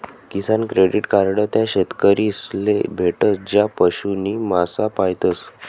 किसान credit card त्या शेतकरीस ले भेटस ज्या पशु नी मासा पायतस